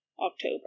October